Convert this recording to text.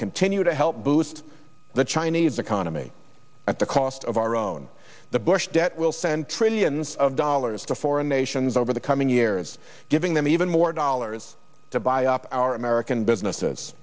continue to help boost the chinese economy at the cost of our own the bush debt will send trillions of dollars to foreign nations over the coming years giving them even more dollars to buy up our american businesses